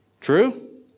True